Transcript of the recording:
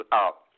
out